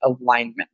alignment